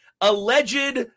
alleged